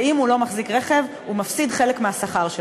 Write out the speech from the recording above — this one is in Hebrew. ואם הוא לא מחזיק רכב הוא מפסיד חלק מהשכר שלו.